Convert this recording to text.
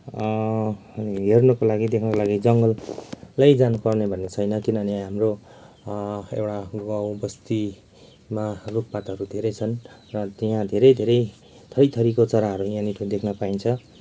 हेर्नुको लागि देख्नुको लागि जङ्गलै जानुपर्ने भन्ने छैन किनभने हाम्रो एउटा गाउँ बस्तीमा रुखपातहरू धेरै छन् र यहाँ धेरै धेरै थरीथरीको चराहरू यहाँनिर देख्न पाइन्छ